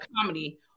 comedy